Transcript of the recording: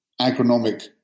agronomic